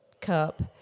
cup